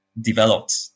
developed